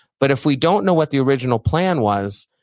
but if we don't know what the original plan was,